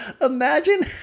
Imagine